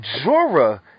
Jorah